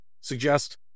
suggest